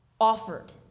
offered